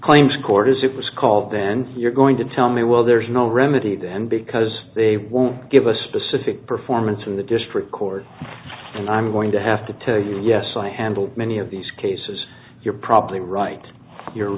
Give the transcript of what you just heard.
claims court as it was called then you're going to tell me well there's no remedy then because they won't give a specific performance in the district court and i'm going to have to tell you yes i handle many of these cases you're probably right you